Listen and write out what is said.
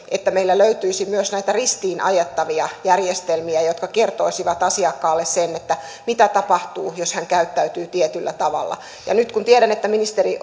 että meillä löytyisi myös näitä ristiin ajettavia järjestelmiä jotka kertoisivat asiakkaalle sen mitä tapahtuu jos hän käyttäytyy tietyllä tavalla nyt kun tiedän että ministeri